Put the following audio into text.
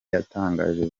yatangaje